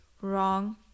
wrong